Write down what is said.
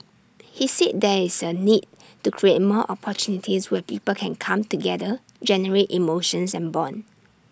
he said there is A need to create more opportunities where people can come together generate emotions and Bond